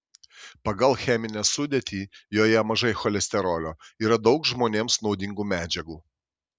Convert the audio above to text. pagal cheminę sudėtį joje mažai cholesterolio yra daug žmonėms naudingų medžiagų